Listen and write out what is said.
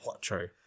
True